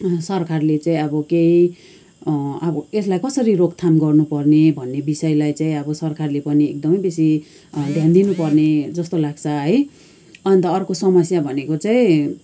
सरकारले चाहिँ अब केही अब यसलाई कसरी रोकथाम गर्नुपर्ने भन्ने विषयलाई चाहिँ अब सरकारले पनि एकदमै बेसी ध्यान दिनुपर्ने जस्तो लाग्छ है अन्त अर्को समस्या भनेको चाहिँ